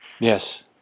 Yes